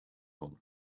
one